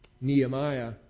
Nehemiah